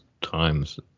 times